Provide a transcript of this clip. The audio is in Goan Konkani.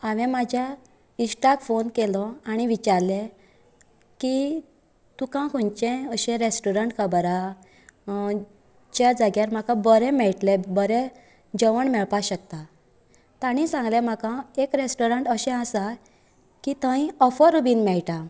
हांवे म्हज्या इश्टाक फोन केलो आनी विचारले की तुका खंनचे अशे रॅस्टोरंट खबर हा जे जाग्यार म्हाका बरें मेळटले बरें जेवण मेळपा शकता तांणे सांगले म्हाका एक रॅस्टोरंट अशें आसा की थंय ऑफर बीन मेळटा